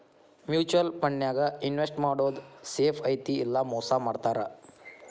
mutual ಫಂಡನ್ಯಾಗ invest ಮಾಡೋದ್ safe ಐತಿ ಇಲ್ಲಾ ಮೋಸ ಮಾಡ್ತಾರಾ